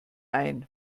ein